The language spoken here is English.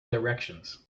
directions